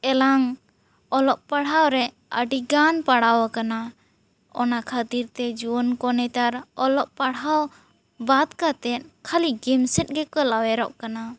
ᱮᱞᱟᱝ ᱚᱞᱚᱜ ᱯᱟᱲᱦᱟᱣ ᱨᱮ ᱟᱹᱰᱤ ᱜᱟᱱ ᱯᱟᱲᱟᱣ ᱠᱟᱱᱟ ᱚᱱᱟ ᱠᱷᱟᱹᱛᱤᱨ ᱛᱮ ᱡᱩᱣᱟᱹᱱ ᱠᱚ ᱱᱮᱛᱟᱨ ᱚᱞᱚᱜ ᱯᱟᱲᱦᱟᱣ ᱵᱟᱫᱽ ᱠᱟᱛᱮᱫ ᱠᱷᱟᱹᱞᱤ ᱜᱮᱢ ᱥᱮᱫ ᱜᱮᱠᱚ ᱞᱟᱣᱮᱨᱚᱜ ᱠᱟᱱᱟ